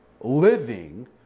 living